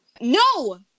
No